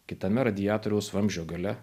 kitame radiatoriaus vamzdžio gale